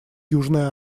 южной